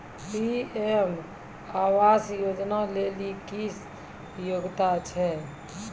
PM आवास योजना लेली की योग्यता छै?